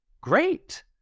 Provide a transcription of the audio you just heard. Great